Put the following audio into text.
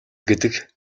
гэдэг